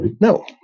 no